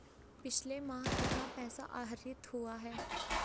पिछले माह कितना पैसा आहरित हुआ है?